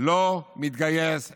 לא מתגייס לצבא.